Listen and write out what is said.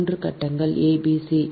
3 கட்டங்கள் a b c